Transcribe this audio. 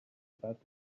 about